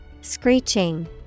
screeching